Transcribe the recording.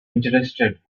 interested